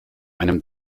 einem